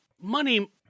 money